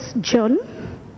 john